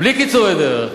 בלי קיצורי דרך.